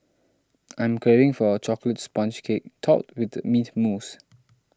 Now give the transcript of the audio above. I'm craving for a Chocolate Sponge Cake Topped with Mint Mousse